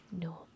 No